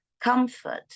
comfort